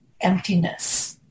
emptiness